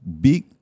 big